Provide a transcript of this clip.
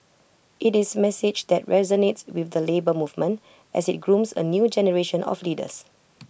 IT is message that resonates with the Labour Movement as IT grooms A new generation of leaders